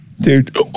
Dude